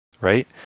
right